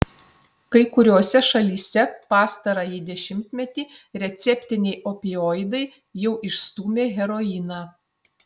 kai kuriose šalyse pastarąjį dešimtmetį receptiniai opioidai jau išstūmė heroiną